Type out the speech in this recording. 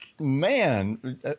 man